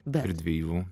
dar dviejų